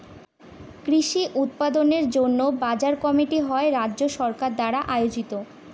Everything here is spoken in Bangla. কৃষি উৎপাদনের জন্য বাজার কমিটি হয় রাজ্য সরকার দ্বারা আয়োজিত